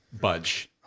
budge